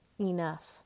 enough